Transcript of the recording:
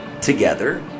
together